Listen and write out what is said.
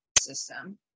system